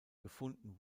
gefunden